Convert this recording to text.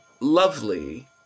lovely